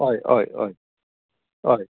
हय हय हय हय